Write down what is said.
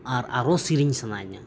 ᱟᱨ ᱟᱨᱦᱚᱸ ᱥᱮᱨᱮᱧ ᱥᱟᱱᱟᱧᱟ